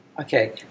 Okay